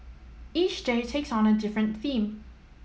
each day takes on a different theme